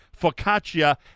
focaccia